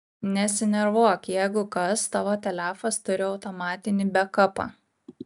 nesinervuok jeigu kas tavo telefas turi automatinį bekapą